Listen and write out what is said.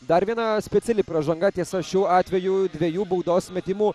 dar viena speciali pražanga tiesa šiuo atveju dviejų baudos metimų